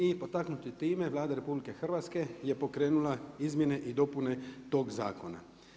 I potaknuti time Vlada RH je pokrenula izmjene i dopune tog zakona.